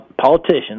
politicians